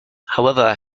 however